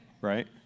right